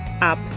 up